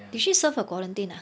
did she serve a quarantine ah